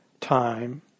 time